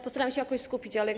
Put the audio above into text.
Postaram się jakoś skupić, ale.